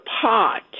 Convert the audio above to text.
pot